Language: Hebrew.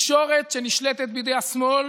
לתקשורת שנשלטת בידי השמאל